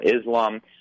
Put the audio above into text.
Islam